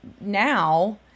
now